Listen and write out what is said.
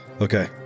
Okay